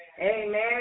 Amen